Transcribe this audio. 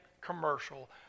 commercial